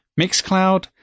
Mixcloud